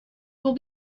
will